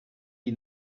die